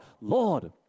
Lord